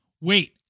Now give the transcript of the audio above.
wait